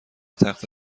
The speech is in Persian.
تخته